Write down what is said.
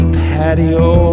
patio